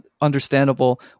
understandable